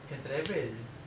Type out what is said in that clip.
can travel